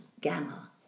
gamma